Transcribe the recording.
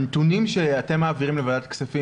הנתונים שאתם באוצר מעבירים לוועדת הכספים